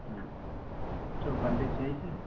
हुँ शेरवानी सिए छिए